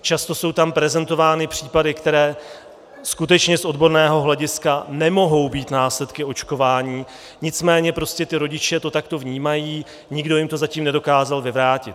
Často jsou tam prezentovány případy, které skutečně z odborného hlediska nemohou být následky očkování, nicméně ti rodiče to takto vnímají, nikdo jim to zatím nedokázal vyvrátit.